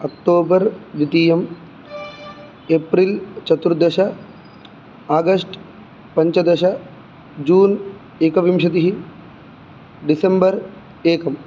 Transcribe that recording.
October द्वितीयं April चतुर्दश August पञ्चदश जून् एकविंशतिः डिसेम्बर् एकम्